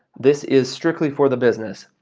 this is strictly for the business,